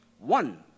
One